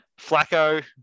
Flacco